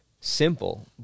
Simple